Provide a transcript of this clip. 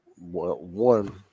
one